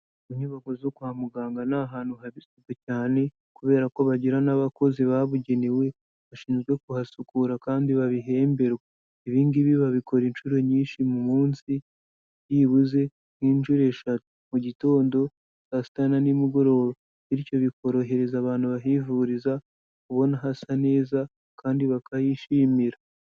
Inyubako zo kwa muganga ni ahantu haba isuku cyane kubera ko bagirana n'abakozi babugenewe, bashinzwe kuhasukura kandi babihemberwa. Ibi ngibi babikora inshuro nyinshi mu munsi byibuze nk'inshuro eshatu: Mu gitondo, saa sita na nimugoroba, bityo bikorohereza abantu bahivuriza, kubona hasa neza kandi bakahishimira.